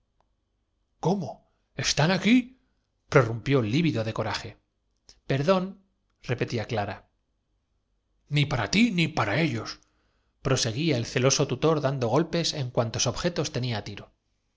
cómo están aquí prorrumpió lívido de coraje gesto perdón repetía clara ni para ti ni para ellosproseguía el celoso tutor luís mío repetía clara anegada en llanto y tributando sus caricias á aquel residuo de su capitán dando golpes en cuantos objetos tenía á tiro